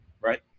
right